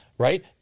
Right